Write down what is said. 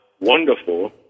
wonderful